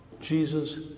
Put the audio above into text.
Jesus